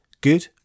good